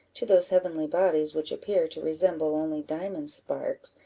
to those heavenly bodies which appear to resemble only diamond sparks,